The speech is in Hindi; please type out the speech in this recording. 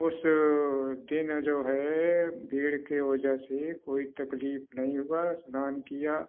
उस दिन जो है भीड़ के वजह से कोई तकलीफ नहीं हुआ स्नान किया